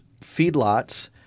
feedlots